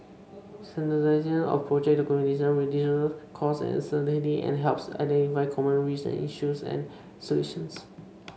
standardisation of project documentation reduces costs and uncertainty and helps identify common risk issues and solutions